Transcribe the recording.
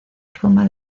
roma